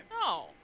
No